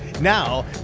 Now